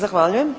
Zahvaljujem.